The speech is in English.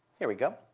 here we go.